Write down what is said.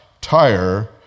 tire